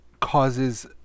causes